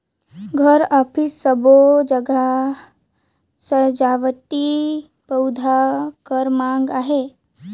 घर, अफिस सबो जघा सजावटी पउधा कर माँग अहे